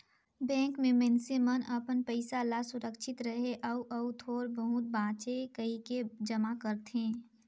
bank में मइनसे मन अपन पइसा ल सुरक्छित रहें अउ अउ थोर बहुत बांचे कहिके जमा करथे